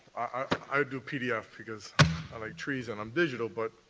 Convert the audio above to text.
i do pdf because i like trees and i'm digital, but,